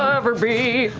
ever be.